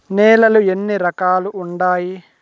నేలలు ఎన్ని రకాలు వుండాయి?